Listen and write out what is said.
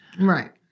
Right